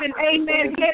amen